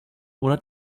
oder